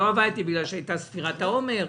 כי הייתה ספירת העומר,